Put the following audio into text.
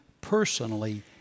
personally